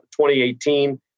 2018